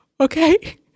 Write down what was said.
Okay